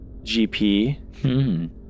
GP